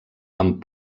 amb